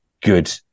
good